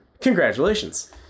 Congratulations